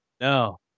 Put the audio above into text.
No